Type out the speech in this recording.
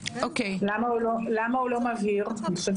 למה לא מבהיר?